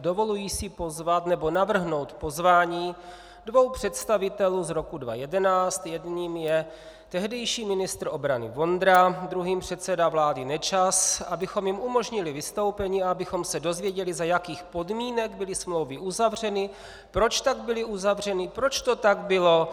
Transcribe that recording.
Dovoluji si pozvat, nebo navrhnout pozvání dvou představitelů z roku 2011, jedním je tehdejší ministr obrany Vondra, druhým předseda vlády Nečas, abychom jim umožnili vystoupení a abychom se dozvěděli, za jakých podmínek byly smlouvy uzavřeny, proč tak byly uzavřeny, proč to tak bylo.